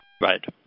Right